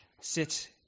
sit